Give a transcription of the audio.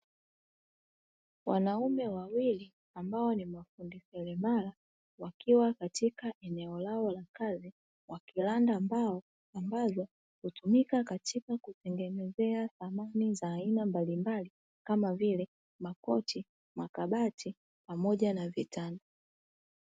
Wanaume wawili ambao ni mafundi seremala wakiwa katika eneo lao la kazi, wakiranda mbao ambazo hutumika katika kutengenezea samani za aina mbalimbali kama vile makochi, makabati pamoja na vitanda.